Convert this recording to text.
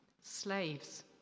Slaves